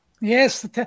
Yes